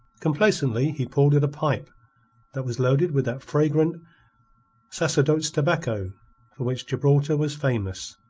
complacently he pulled at a pipe that was loaded with that fragrant sacerdotes tobacco for which gibraltar was famous,